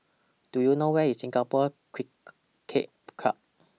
Do YOU know Where IS Singapore Cricket Club